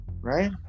right